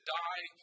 die